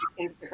Instagram